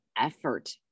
effort